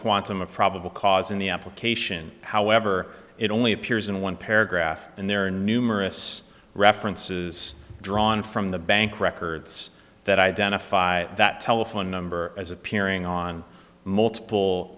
quantum of probable cause in the application however it only appears in one paragraph and there are numerous references drawn from the bank records that identify that telephone number as appearing on multiple